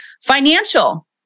financial